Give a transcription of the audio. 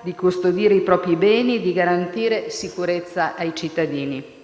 di custodire i propri beni e di garantire sicurezza ai cittadini.